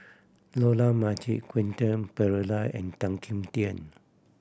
Dollah Majid Quentin Pereira and Tan Kim Tian